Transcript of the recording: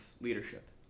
leadership